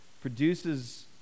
produces